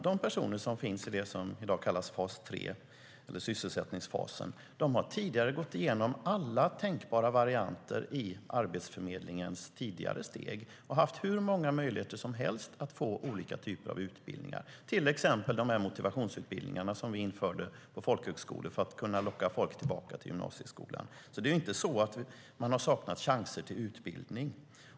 De personer som i dag finns i det som kallas fas 3, sysselsättningsfasen, har tidigare gått igenom alla tänkbara varianter i Arbetsförmedlingens tidigare steg och haft hur många möjligheter som helst att få olika typer av utbildningar, till exempel de motivationsutbildningar som vi införde på folkhögskolor för att kunna locka folk tillbaka till gymnasieskolan. De har alltså inte saknat chanser till utbildning.